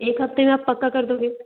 एक हफ़्ते में आप पक्का कर दोगे